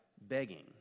begging